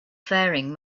faring